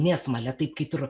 mėsmalę taip kaip ir